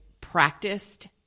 practiced